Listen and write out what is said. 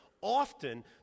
Often